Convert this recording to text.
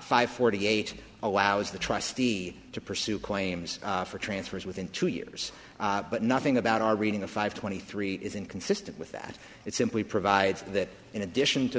five forty eight allows the trustee to pursue claims for transfers within two years but nothing about our reading of five twenty three is inconsistent with that it simply provides that in addition to